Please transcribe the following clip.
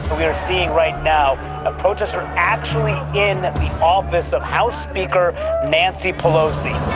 we're seeing right now a protester actually in the office of house speaker nancy pelosi.